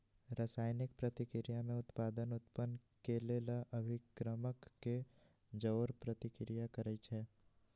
रसायनिक प्रतिक्रिया में उत्पाद उत्पन्न केलेल अभिक्रमक के जओरे प्रतिक्रिया करै छै